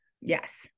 Yes